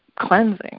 cleansing